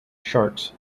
sharks